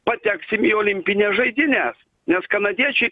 pateksim į olimpines žaidynes nes kanadiečiai